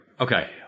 Okay